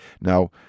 now